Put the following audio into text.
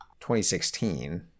2016